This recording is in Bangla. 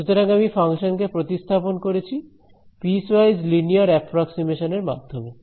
সুতরাং আমি ফাংশনটি কে প্রতিস্থাপন করেছি পিসওয়াইজ লিনিয়ার অ্যাপ্রক্সিমেশন এর মাধ্যমে